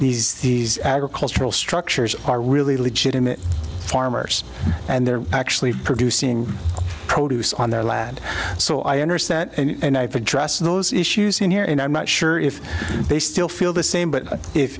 building these agricultural structures are really legitimate farmers and they're actually producing produce on their land so i understand and i've addressed those issues in here and i'm not sure if they still feel the same but if